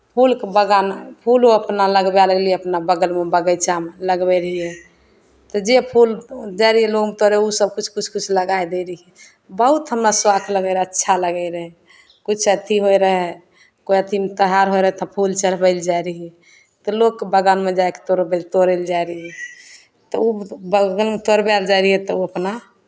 फूलके बागान फूलो अपना लगबै लेलियै अपना बगलमे बगीचामे लगबेलियै तऽ जे फूल जाइ रहियै लोग मे तोड़य ओ सभ किछु किछु किछु लगाए दै रहियै बहुत हमरा शौख लगैत रहै अच्छा लगैत रहै किछु अथी होइत रहय कोइ अथी कहार होइत रहय तऽ फूल चढ़बै लेल जाइ रहियै तऽ लोक बागानमे जाए कऽ तोड़बै तोड़य लेल जाइत रहियै तऽ ओ बागवानमे तोड़बै लेल जाइ रहियै तऽ ओ अपना